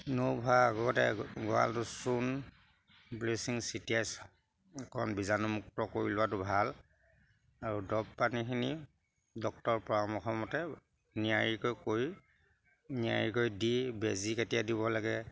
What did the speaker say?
নৌহোৱা আগতে গৱালটোত চূন ব্লিচিং চিটিয়াইছো অকণ বীজাণুমুক্ত কৰি লোৱাটো ভাল আৰু ডৰৱ পানীখিনি ডক্টৰৰ পৰামৰ্শ মতে নিয়াৰিকৈ কৰি নিয়াৰিকৈ দি বেজী কেতিয়া দিব লাগে